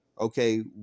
okay